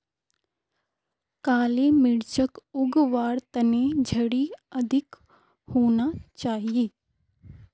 काली मिर्चक उग वार तने झड़ी अधिक होना चाहिए